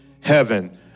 heaven